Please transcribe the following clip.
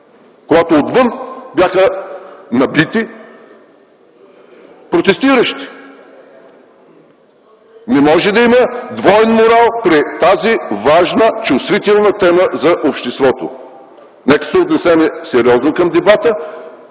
когато отвън бяха набити протестиращи! Не може да има двоен морал при тази важна чувствителна тема за обществото! Нека се отнесем сериозно към дебата